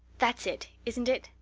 that's it, isn't it?